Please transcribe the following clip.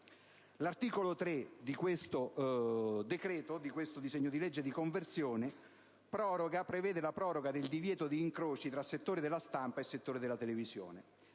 L'articolo 3 di questo disegno di legge di conversione prevede la proroga del divieto di incroci tra settore della stampa e settore della televisione.